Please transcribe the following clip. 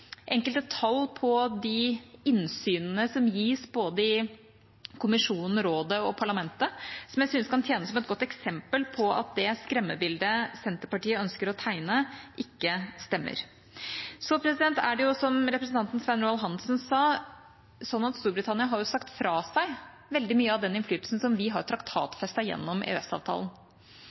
enkelte tall på de innsynene som gis i både Kommisjonen, Rådet og Parlamentet, som jeg syns kan tjene som et godt eksempel på at det skremmebildet Senterpartiet ønsker å tegne, ikke stemmer. Som representanten Svein Roald Hansen sa, har Storbritannia sagt fra seg veldig mye av den innflytelsen vi har traktatfestet gjennom